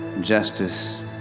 justice